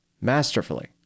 masterfully